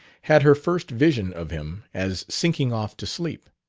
had her first vision of him as sinking off to sleep.